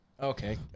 Okay